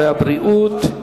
והבריאות.